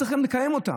צריכים לקיים אותה,